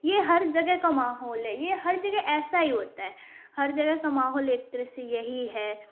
یہ ہر جگہ کا ماحول ہے یہ ہر جگہ ایسا ہی ہوتا ہے ہر جگہ کا ماحول ایک طرح سے یہی ہے